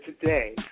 today